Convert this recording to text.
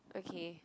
okay